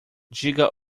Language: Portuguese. diga